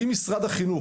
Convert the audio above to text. אם משרד החינוך,